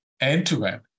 end-to-end